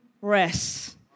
rest